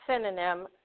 synonym